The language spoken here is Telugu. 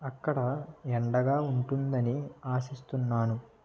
అక్కడ ఎండగా ఉంటుందని ఆశిస్తున్నాను